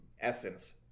essence